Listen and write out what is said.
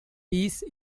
piece